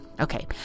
Okay